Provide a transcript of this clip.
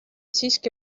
siiski